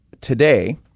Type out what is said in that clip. today